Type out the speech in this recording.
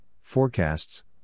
forecasts